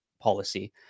policy